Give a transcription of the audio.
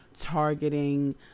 targeting